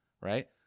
right